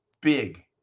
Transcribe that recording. big